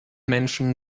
menschen